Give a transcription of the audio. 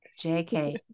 JK